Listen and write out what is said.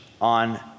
on